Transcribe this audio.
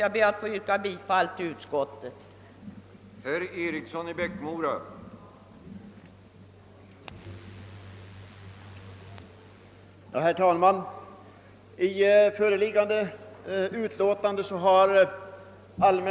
Jag ber att få yrka bifall till utskottets hemställan.